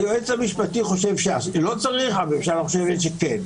היועץ המשפטי חושב שלא צריך, הממשלה חושבת שצריך.